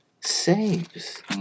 saves